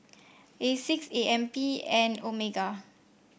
Asics A M P and Omega